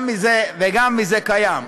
גם מזה וגם מזה קיים.